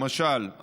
למשל,